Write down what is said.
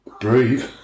breathe